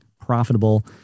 profitable